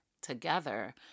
together